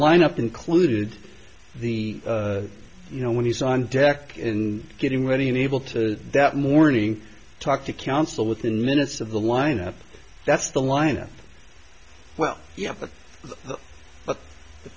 lineup included the you know when he's on deck in getting ready and able to that morning talk to counsel within minutes of the lineup that's the lineup well you have the pu